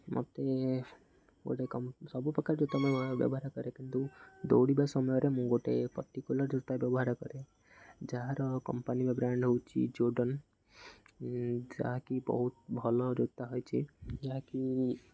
ମୋତେ ଗୋଟେ କମ୍ ସବୁ ପ୍ରକାର ଜୋତା ମୁଁ ବ୍ୟବହାର କରେ କିନ୍ତୁ ଦୌଡ଼ିବା ସମୟରେ ମୁଁ ଗୋଟେ ପଟିକୁଲାର୍ ଜୋତା ବ୍ୟବହାର କରେ ଯାହାର କମ୍ପାନୀ ବା ବ୍ରାଣ୍ଡ ହେଉଛି ଜୋଡ଼ନ ଯାହାକି ବହୁତ ଭଲ ଜୋତା ହେଇଛି ଯାହାକି